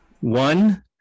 One